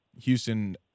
Houston